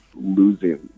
Losing